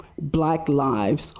black lives,